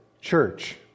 church